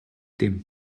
dem